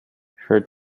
her